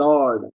Lord